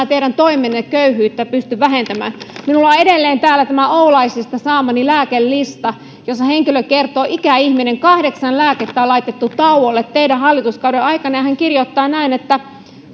teidän toimenne köyhyyttä pysty vähentämään minulla on edelleen täällä tämä oulaisista saamani lääkelista jossa henkilö ikäihminen kertoo että kahdeksan lääkettä on laitettu tauolle teidän hallituskautenne aikana hän kirjoittaa näin